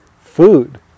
food